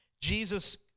jesus